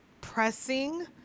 pressing